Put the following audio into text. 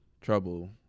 trouble